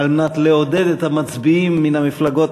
על מנת לעודד את המצביעים מן המפלגות